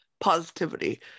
positivity